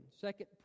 second